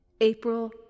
April